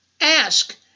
Ask